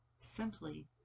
simply